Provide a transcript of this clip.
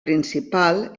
principal